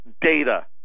data